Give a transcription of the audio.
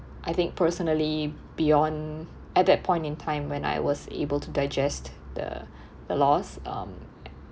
I think personally beyond at that point in time when I was able to digest the the loss um